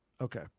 Okay